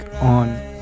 on